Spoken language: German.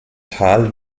tal